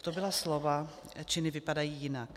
To byla slova, činy vypadají jinak.